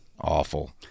Awful